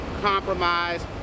compromise